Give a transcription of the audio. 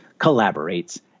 collaborates